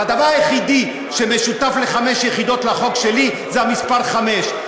והדבר היחידי המשותף לחמש יחידות ולחוק שלי זה המספר חמש,